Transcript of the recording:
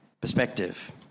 Perspective